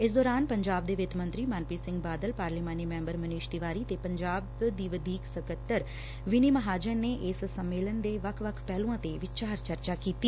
ਇਸ ਦੌਰਾਨ ਪੰਜਾਬ ਦੇ ਵਿੱਤ ਮੰਤਰੀ ਮਨਪ੍ਰੀਤ ਸਿੰਘ ਬਾਦਲ ਪਾਰਲੀਮਾਨੀ ਮੈਬਰ ਮਨੀਸ਼ ਤਿਵਾਰੀ ਤੇ ਪੰਜਾਬ ਦੀ ਵਧੀਕ ਸਕੱਤਰ ਵਿੱਨੀ ਮਹਾਜਨ ਨੇ ਇਸ ਸੰਮੇਲਨ ਦੇ ਵੱਖ ਵੱਖ ਪਹਿਲਆ ਤੇ ਵਿਚਾਰ ਚਰਚਾ ਕੀਤੀ